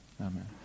Amen